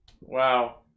Wow